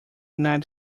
united